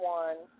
one